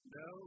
no